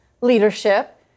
leadership